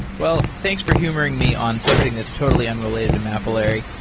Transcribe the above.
well, thanks for humoring me on something that's totally unrelated to mapillary.